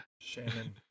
Shannon